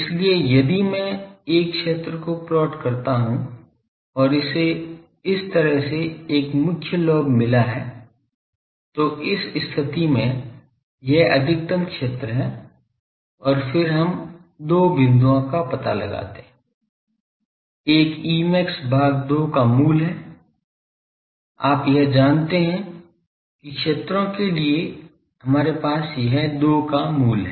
इसलिए यदि मैं एक क्षेत्र को प्लॉट करता हूं और इसे इस तरह से एक मुख्य लोब मिला है तो उस स्थिति में यह अधिकतम क्षेत्र है और फिर हम दो बिंदुओं का पता लगाते हैं एक Emax भाग 2 का मूल है आप यह जानते हैं कि क्षेत्रों के लिए हमारे पास यह 2 का मूल है